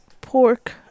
pork